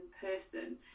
person